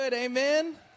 amen